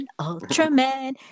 Ultraman